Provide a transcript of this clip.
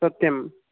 सत्यं